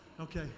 Okay